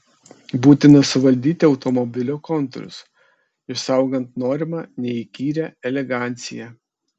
būtina suvaldyti automobilio kontūrus išsaugant norimą neįkyrią eleganciją